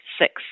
six